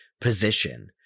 position